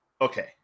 okay